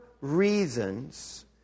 reasons